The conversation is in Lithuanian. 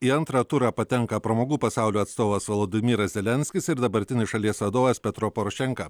į antrą turą patenka pramogų pasaulio atstovas vladimiras zelenskis ir dabartinis šalies vadovas petro porošenka